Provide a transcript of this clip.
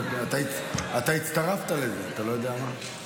אתה הצטרפת לזה, אתה לא יודע מה?